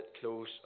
close